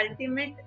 ultimate